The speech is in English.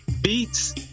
beats